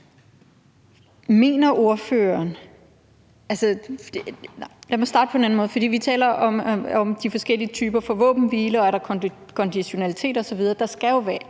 taler om. Lad mig starte på en anden måde. Vi taler om forskellige typer af våbenhvile, og om der er konditionalitet osv. Det er jo en